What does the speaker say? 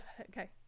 Okay